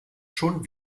schon